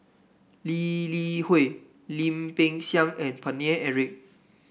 Lee Li Hui Lim Peng Siang and Paine Eric